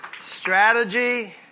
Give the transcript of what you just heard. Strategy